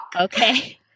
Okay